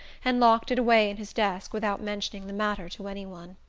and locked it away in his desk without mentioning the matter to any one.